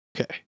Okay